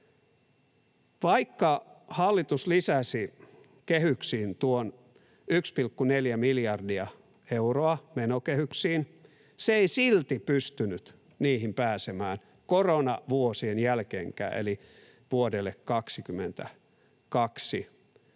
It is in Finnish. Vaikka hallitus lisäsi menokehyksiin tuon 1,4 miljardia euroa, se ei silti pystynyt niihin pääsemään koronavuosien jälkeenkään eli vuosiksi 22